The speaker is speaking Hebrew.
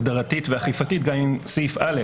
הגדרתית ואכיפתית גם עם סעיף קטן (א),